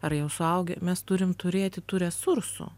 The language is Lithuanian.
ar jau suaugę mes turim turėti tų resursų